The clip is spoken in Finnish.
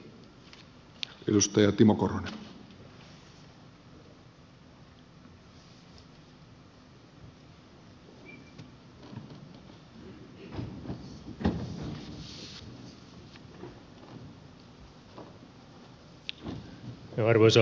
arvoisa puhemies